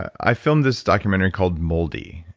i filmed this documentary called moldy.